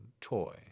toy